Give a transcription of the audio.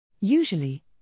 Usually